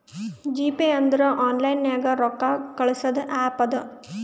GPay ಅಂದುರ್ online ನಾಗ್ ರೊಕ್ಕಾ ಕಳ್ಸದ್ ಆ್ಯಪ್ ಅದಾ